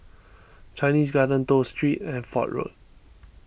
Chinese Garden Toh Street and Fort Road